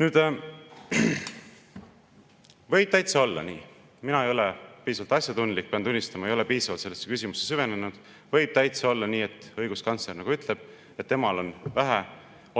Võib täitsa olla nii … Mina ei ole piisavalt asjatundlik, pean tunnistama, et ma ei ole piisavalt sellesse küsimusse süvenenud. Võib täitsa olla nii, nagu õiguskantsler ütleb, et temal on vähe